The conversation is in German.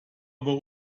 aber